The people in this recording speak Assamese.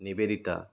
নিবেদিতা